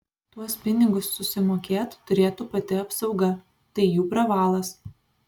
tuos pinigus susimokėt turėtų pati apsauga tai jų pravalas